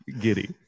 Giddy